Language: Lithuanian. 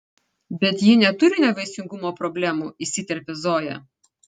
bet ji neturi nevaisingumo problemų įsiterpia zoja